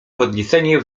podniecenie